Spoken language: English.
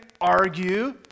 argue